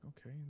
okay